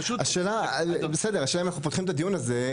השאלה אם אנחנו פותחים את הדיון הזה,